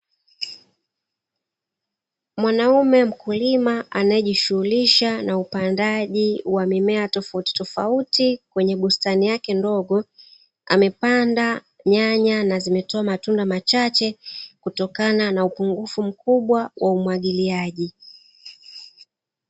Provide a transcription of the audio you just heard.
Mwanaume mkulima anayejishughulisha na upandaji wa mimea tofauti tofauti kwenye bustani yake ndogo. Amepanda nyanya na zimetoa matunda machache kutokana na upungufu mkubwa wa umwagiliaji